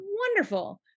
wonderful